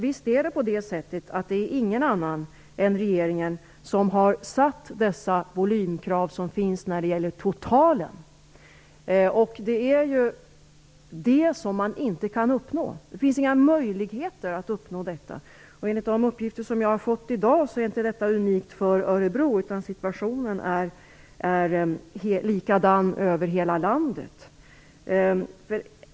Visst är det väl så att ingen annan än regeringen satt volymkraven när det gäller totalen. Men det finns inga möjligheter att uppnå det. Enligt uppgifter som jag fått i dag är detta inte unikt för Örebro, utan situationen är likadan över hela landet.